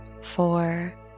four